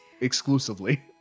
exclusively